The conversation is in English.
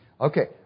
Okay